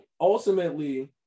ultimately